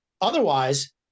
otherwise